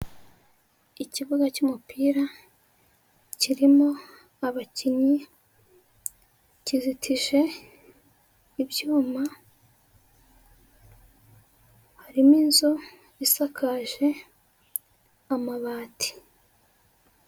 Ikibuga cy'umupira kirimo abakinnyi kizitije ibyuma harimo inzu isakaje amabati.